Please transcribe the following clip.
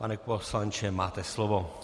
Pane poslanče, máte slovo.